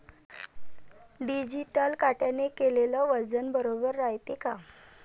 Digital काट्याने केलेल वजन बरोबर रायते का?